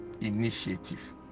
initiative